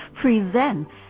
presents